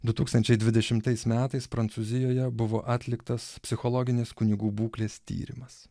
du tūkstančiai dvidešimtais metais prancūzijoje buvo atliktas psichologinis kunigų būklės tyrimas